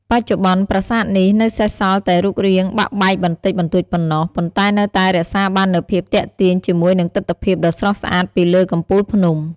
បច្ចុប្បន្ន ប្រាសាទនេះនៅសេសសល់តែរូបរាងបាក់បែកបន្តិចបន្តួចប៉ុណ្ណោះ ប៉ុន្តែនៅតែរក្សាបាននូវភាពទាក់ទាញជាមួយនឹងទិដ្ឋភាពដ៏ស្រស់ស្អាតពីលើកំពូលភ្នំ។